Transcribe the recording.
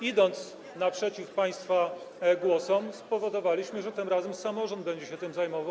Idąc naprzeciw państwa głosom, spowodowaliśmy, że tym razem samorząd będzie się tym zajmował.